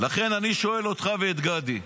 לכן אני שואל אותך ואת גדי,